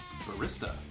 barista